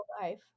life